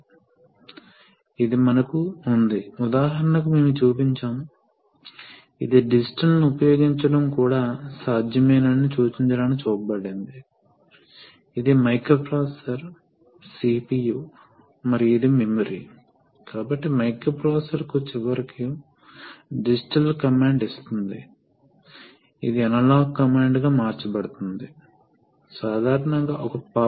తరువాత మీరు దీన్ని ఆపరేట్ చేయండి మీరు ఎడమ సిలిండర్ను ఆపరేట్ చేయండి కాబట్టి మీరు ఎడమ సిలిండర్ను ఆపరేట్ చేస్తే పంప్ సరే మొదట కుడి సిలిండర్ అయిన అడ్వాన్స్డ్ సర్క్యూట్ను చూద్దాం కాబట్టి మీరు దానిని కనెక్ట్ చేస్తే పంప్ చేయడానికి పోర్ట్ A కనెక్ట్ అవుతుంది కాబట్టి ఈ కాయిల్ శక్తివంతం అయినప్పుడు ద్రవం ప్రవహిస్తుంది కాబట్టి ఇది ఎక్సటెన్షన్ కోసం మరియు ఇది రిట్రాక్షన్ కోసం